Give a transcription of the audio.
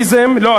לא,